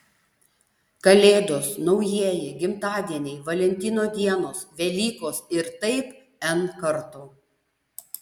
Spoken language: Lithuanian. kalėdos naujieji gimtadieniai valentino dienos velykos ir taip n kartų